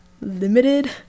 Limited